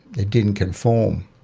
it didn't conform.